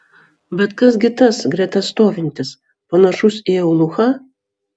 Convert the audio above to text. bet kas gi tas greta stovintis panašus į eunuchą